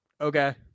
okay